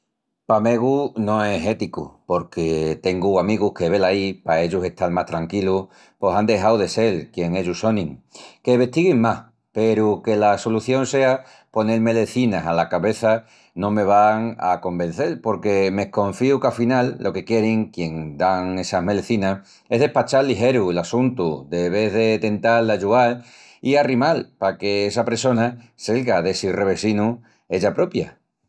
Pa megu no es éticu, porque tengu amigus que, velaí, pa ellus estal más tranquilus pos án dexau de sel quien ellus sonin. Que vestiguin más peru que la solución sea ponel melecinas ala cabeça no me van a convencel, porque m'esconfíu qu'afinal lo que quierin quien dan essas melecinas es despachal ligeru l'assuntu de ves de tental d'ayual i arrimal paque essa pressona selga d'essi revesinu ella propia.